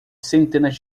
centenas